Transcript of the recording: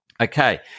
Okay